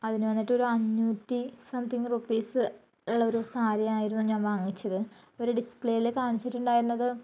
അതിനു വന്നിട്ട് ഒരു അഞ്ഞൂറ്റി സം തിങ് റുപ്പീസ് ഉള്ളൊരു സാരി ആയിരുന്നു ഞാൻ വാങ്ങിച്ചത് അവർ ഡിസ്പ്ലേയില് കാണിച്ചിട്ടുണ്ടായിരുന്നത്